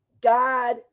God